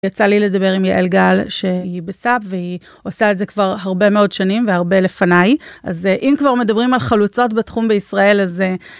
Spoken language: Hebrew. יצא לי לדבר עם יעל געל שהיא בסאב והיא עושה את זה כבר הרבה מאוד שנים והרבה לפניי. אז אם כבר מדברים על חלוצות בתחום בישראל אז...